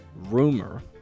rumor